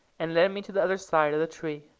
and led me to the other side of the tree.